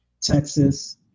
Texas